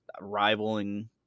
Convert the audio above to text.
rivaling